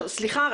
סליחה.